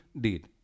deed